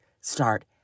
start